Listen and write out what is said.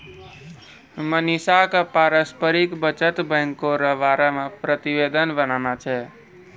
मनीषा क पारस्परिक बचत बैंको र बारे मे प्रतिवेदन बनाना छै